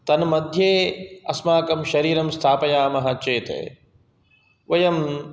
तन्मध्ये अस्माकं शरीरं स्थापयामः चेत् वयम्